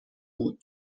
بود